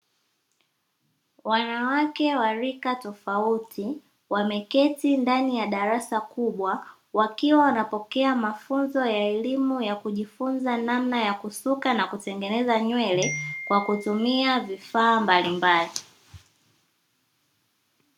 Wanawake wa rika tofauti wameketi ndani ya darasa kubwa wakiwa wanapokea mafunzo ya elimu ya kujifunza namna ya kusuka na kutengeneza nywele kwa kutumia vifaa mbalimbali.